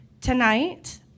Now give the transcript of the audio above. Tonight